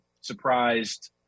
surprised